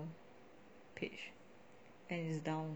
page and it's down